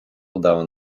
udało